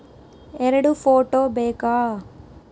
ಎರಡು ಫೋಟೋ ಬೇಕಾ?